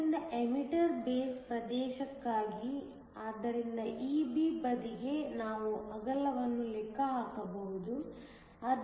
ಆದ್ದರಿಂದ emitter base ಪ್ರದೇಶಕ್ಕಾಗಿ ಆದ್ದರಿಂದ EB ಬದಿಗೆ ನಾವು ಅಗಲವನ್ನು ಲೆಕ್ಕ ಹಾಕಬಹುದು